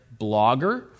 blogger